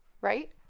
right